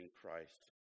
Christ